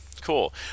cool